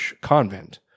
convent